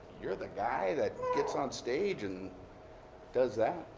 you're the guy that gets on stage and does that?